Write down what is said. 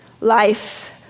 Life